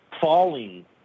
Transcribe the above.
falling